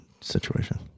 situation